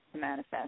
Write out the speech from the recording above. manifest